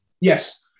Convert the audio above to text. Yes